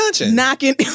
knocking